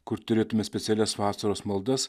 kur turėtume specialias vasaros maldas